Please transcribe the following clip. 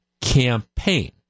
campaign